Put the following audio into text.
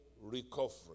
Recovery